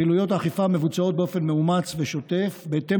פעילויות האכיפה מבוצעות באופן מאומץ ושוטף בהתאם